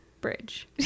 bridge